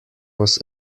was